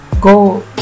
go